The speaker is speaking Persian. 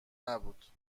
نبود